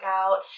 out